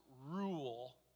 rule